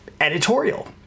editorial